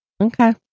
Okay